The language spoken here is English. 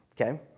okay